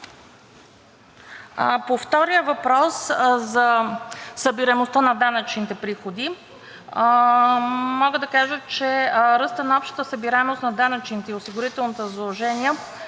По втория въпрос – за събираемостта на данъчните приходи, мога да кажа, че ръстът на общата събираемост на данъчните и осигурителните задължения